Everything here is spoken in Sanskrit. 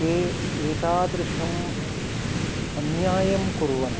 ते एतादृशम् अन्यायं कुर्वन्ति